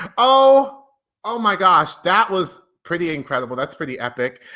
oh oh my gosh, that was pretty incredible, that's pretty epic.